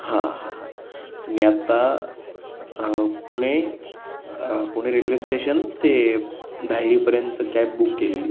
हां हां हां तर मी आत्ता पुणे पुणे रेल्वे स्टेशन ते धायरीपर्यंत कॅब बुक केलेली